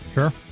Sure